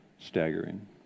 staggering